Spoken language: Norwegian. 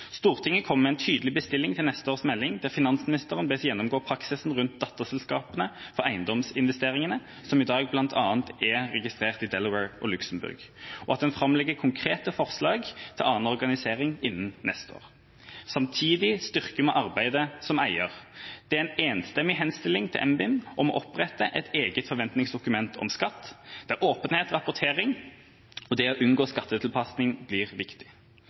Stortinget kommer med en tydelig bestilling til neste års melding, der finansministeren bes gjennomgå praksisen rundt datterselskapene for eiendomsinvesteringer, som i dag bl.a. er registrert i Delaware og Luxembourg, og at en framlegger konkrete forslag til annen organisering innen neste år. Samtidig styrker vi arbeidet som eier. Det er en enstemmig henstilling til NBIM om å opprette et eget forventningsdokument om skatt, der åpenhet, rapportering og det å unngå skattetilpasning blir viktig.